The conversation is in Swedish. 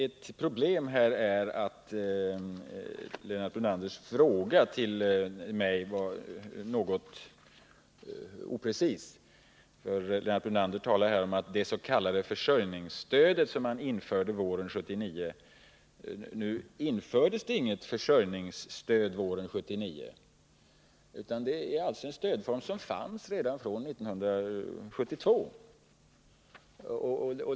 Ett problem är att Lennart Brunanders fråga till mig är något oprecis. Han talar om det s.k. försörjningsstödet, som man införde våren 1979. Det infördes inget försörjningsstöd våren 1979, utan det är en stödform som har funnits sedan 1972.